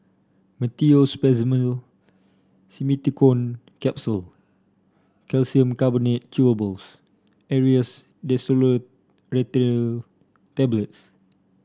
Meteospasmyl Simeticone Capsule Calcium Carbonate Chewables Aerius DesloratadineTablets